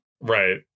Right